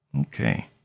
Okay